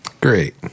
Great